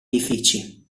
edifici